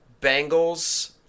Bengals